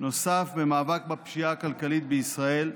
נוסף במאבק בפשיעה הכלכלית בישראל.